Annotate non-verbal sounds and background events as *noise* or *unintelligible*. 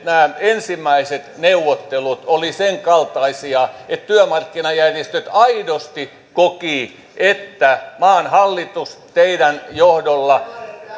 *unintelligible* nämä ensimmäiset neuvottelut olivat sen kaltaisia että työmarkkinajärjestöt aidosti kokivat että maan hallitus teidän johdollanne